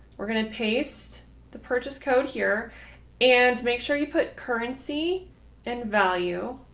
we're going to paste the purchase code here and make sure you put currency and value